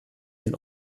den